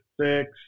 six